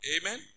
Amen